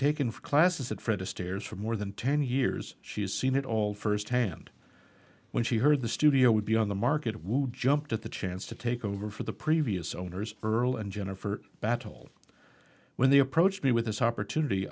for classes at fred astaire's for more than ten years she's seen it all first hand when she heard the studio would be on the market would jumped at the chance to take over for the previous owners earl and jennifer battle when they approached me with this opportunity